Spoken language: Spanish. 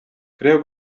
creo